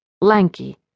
lanky